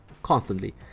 constantly